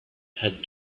had